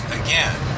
again